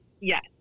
Yes